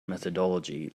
methodology